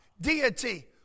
deity